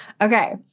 Okay